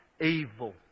evil